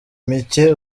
mike